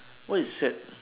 what is sad